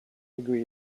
agree